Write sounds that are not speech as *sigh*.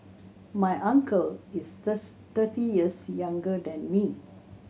my uncle is *unintelligible* thirty years younger than me